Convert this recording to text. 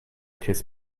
kiss